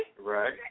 right